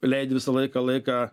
leidi visą laiką laiką